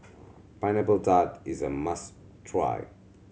Pineapple Tart is a must try